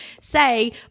say